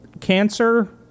Cancer